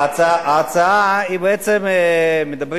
ההצעה, בעצם מדברים